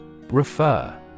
Refer